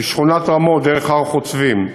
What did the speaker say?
משכונת רמות דרך הר-חוצבים,